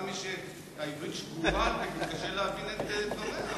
גם מי שהעברית שגורה על פיו מתקשה להבין את דבריה,